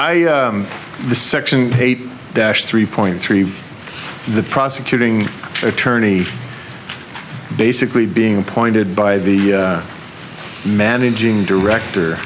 i the section eight dash three point three the prosecuting attorney basically being appointed by the managing director